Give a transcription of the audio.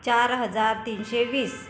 चार हजार तीनशे वीस